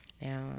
Now